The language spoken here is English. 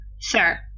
sir